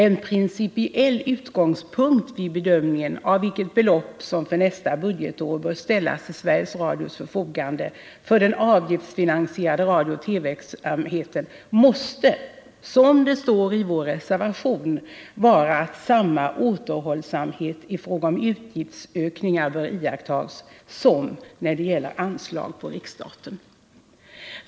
En principiell utgångspunkt vid bedömningen av vilket belopp som för nästa budgetår bör ställas till Sveriges Radios förfogande för den avgiftsfinansierade radiooch TV-verksamheten måste, som det står i vår reservation, vara att samma återhållsamhet i fråga om utgiftsökningar bör iakttas som när det gäller anslag på riksstaten.